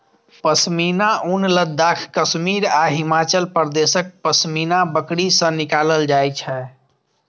पश्मीना ऊन लद्दाख, कश्मीर आ हिमाचल प्रदेशक पश्मीना बकरी सं निकालल जाइ छै